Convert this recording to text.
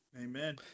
Amen